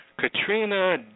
Katrina